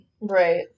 Right